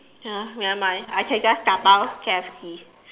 ya nevermind I can just dabao K_F_C